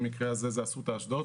במקרה הזה זה אסותא אשדוד,